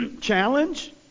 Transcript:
challenge